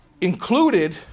included